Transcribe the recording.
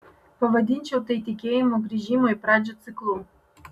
pavadinčiau tai tikėjimo grįžimo į pradžią ciklu